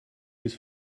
was